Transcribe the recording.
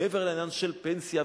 מעבר לעניין של פנסיה,